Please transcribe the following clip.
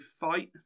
fight